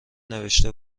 نوشته